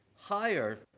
higher